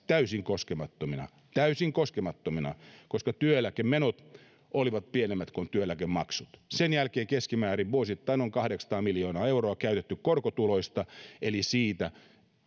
täysin koskemattomina täysin koskemattomina koska työeläkemenot olivat pienemmät kuin työeläkemaksut sen jälkeen keskimäärin vuosittain on kahdeksansataa miljoonaa euroa käytetty korkotuloista eli siitä